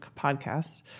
podcast